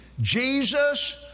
Jesus